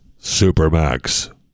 Supermax